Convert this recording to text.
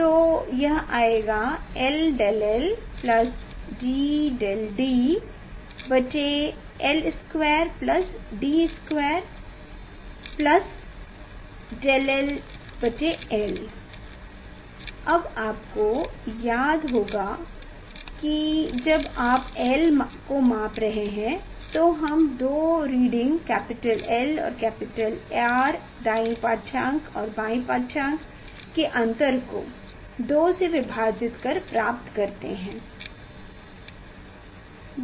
तो यह आएगा l𝝳l D𝝳D l2 D2 𝝳ll अब आपको याद होगा कि जब आप l को माप रहे हैं तो हम दो रीडिंग कैपिटल L और कैपिटल R दाये पाढ़यांक और बाएँ पाढ़यांक के अंतर को 2 से विभाजित कर प्राप्त करते हैं